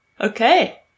Okay